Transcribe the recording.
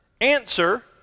Answer